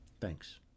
Thanks